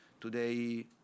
Today